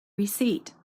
receipt